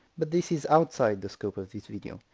but this is outside the scope of this video.